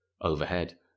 Overhead